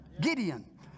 Gideon